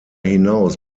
hinaus